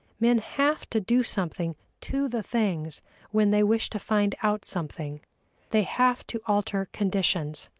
men have to do something to the things when they wish to find out something they have to alter conditions.